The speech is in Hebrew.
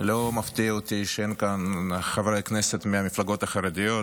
לא מפתיע אותי שאין כאן חברי כנסת מהמפלגות החרדיות,